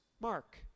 Mark